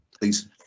Please